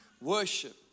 Worship